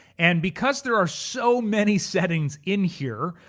and because there are so many settings in here,